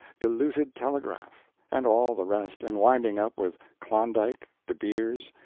diluted telegraph, and all the rest, and winding up with klondike, de beers,